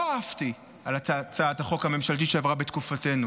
לא עפתי על הצעת החוק הממשלתית שעברה בתקופתנו,